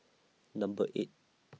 Number eight